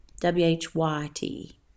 W-H-Y-T